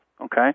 Okay